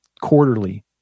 quarterly